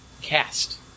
cast